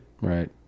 Right